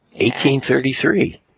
1833